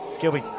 Gilby